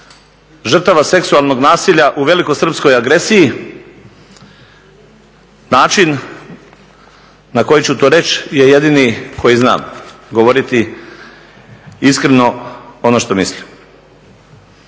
žrtava seksualnost nasilja u velikosrpskoj agresiji, način na koji ću to reći je jedini koji znam, govoriti iskreno ono što mislim.